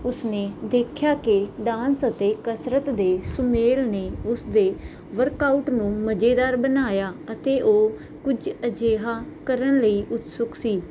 ਉਸਨੇ ਦੇਖਿਆ ਕਿ ਡਾਂਸ ਅਤੇ ਕਸਰਤ ਦੇ ਸੁਮੇਲ ਨੇ ਉਸਦੇ ਵਰਕਆਊਟ ਨੂੰ ਮਜੇਦਾਰ ਬਣਾਇਆ ਅਤੇ ਉਹ ਕੁਝ ਅਜਿਹਾ ਕਰਨ ਲਈ ਉਤਸੁਕ ਸੀ